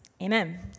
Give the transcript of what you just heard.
Amen